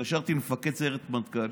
התקשרתי למפקד סיירת מטכ"ל,